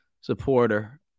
supporter